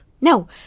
No